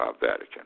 Vatican